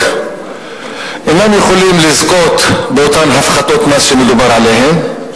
אינם יכולים לזכות באותן הפחתות מס שמדובר עליהן,